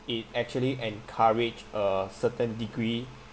it actually encouraged uh certain degree